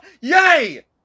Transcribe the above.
Yay